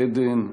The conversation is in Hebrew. עדן,